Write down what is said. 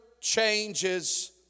changes